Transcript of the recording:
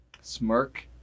smirk